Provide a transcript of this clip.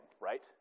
right